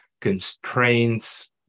constraints